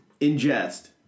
ingest